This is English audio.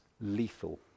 lethal